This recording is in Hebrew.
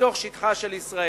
לתוך שטחה של ישראל,